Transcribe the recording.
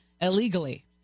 illegally